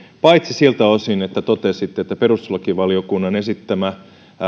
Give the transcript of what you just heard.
paitsi siltä osin kun totesitte että perustuslakivaliokunnan esittämä